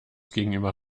gegenüber